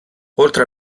oltre